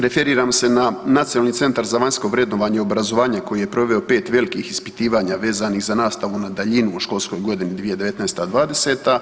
Referiram se na Nacionalni centar za vanjsko vrednovanje i obrazovanje koji je proveo 5 velikih ispitivanja vezanih za nastavu na daljinu u školskoj godini 2019/20.